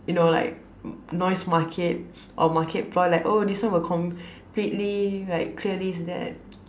you know like noise market or market ploy like oh this one will completely like clear this and that